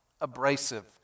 abrasive